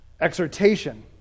Exhortation